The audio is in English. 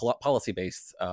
policy-based